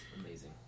amazing